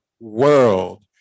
world